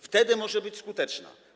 Wtedy może być skuteczna.